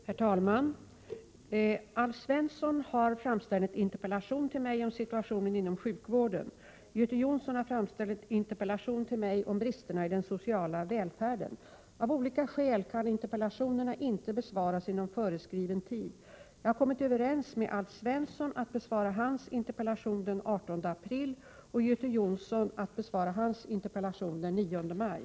Herr talman! Alf Svensson har framställt en interpellation till mig om situationen inom vårdsektorn. Göte Jonsson har framställt en interpellation till mig om bristerna i den sociala välfärden. På grund av stor arbetsbelastning kan inte interpellationerna besvaras inom föreskriven tid. Jag har kommit överens med Alf Svensson att besvara hans interpellation den 18 april och med Göte Jonsson att besvara hans interpellation den 9 maj.